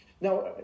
now